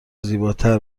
زیباتر